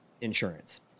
insurance